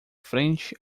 frente